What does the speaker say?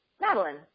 Madeline